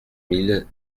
mille